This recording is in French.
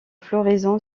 floraison